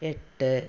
എട്ട്